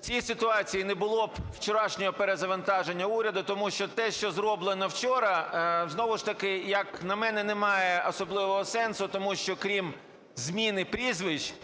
в цій ситуації не було б вчорашнього перезавантаження уряду. Тому що те, що зроблено вчора, знову ж таки, як на мене, не має особливого сенсу. Тому що, крім зміни прізвищ,